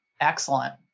Excellent